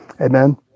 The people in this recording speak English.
Amen